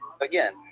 Again